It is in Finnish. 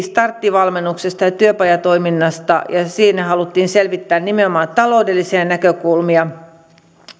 starttivalmennuksesta ja työpajatoiminnasta ja siinä haluttiin selvittää nimenomaan taloudellisia näkökulmia